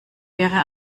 wäre